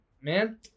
man